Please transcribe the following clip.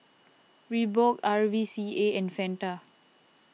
Reebok R V C A and Fanta